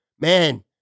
man